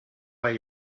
where